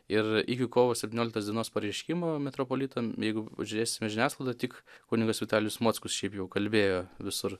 ir iki kovo septynioliktos dienos pareiškimo metropolitam jeigu pažiūrėsime žiniasklaidą tik kunigas vitalijus mockus šiaip jau kalbėjo visur